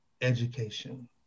education